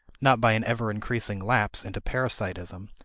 not by an ever increasing lapse into parasitism,